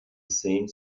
same